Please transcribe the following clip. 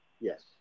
yes